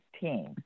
team